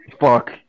Fuck